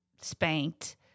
spanked